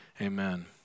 Amen